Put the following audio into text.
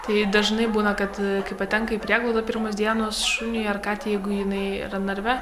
tai dažnai būna kad kai patenka į prieglaudą pirmos dienos šuniui ar katei jeigu jinai yra narve